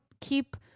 keep